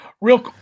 real